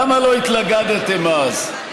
למה לא התנגדתם אז?